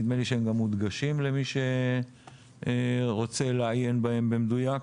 נדמה לי שהם גם מודגשים למי שרוצה לעיין בהם במדויק.